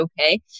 okay